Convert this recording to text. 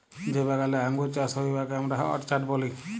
যে বাগালে আঙ্গুর চাষ হ্যয় উয়াকে আমরা অরচার্ড ব্যলি